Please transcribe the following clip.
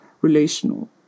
relational